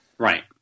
Right